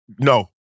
No